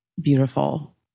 beautiful